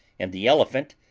and the elephant,